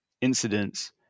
incidents